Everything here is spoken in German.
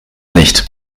nicht